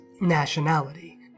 nationality